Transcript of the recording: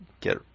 get